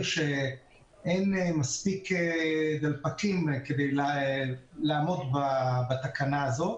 שאין מספיק דלפקים כדי לעמוד בתקנה הזאת.